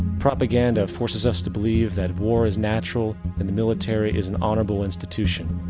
propaganda forces us to believe that war is natural and the military is an honorable institution.